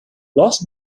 los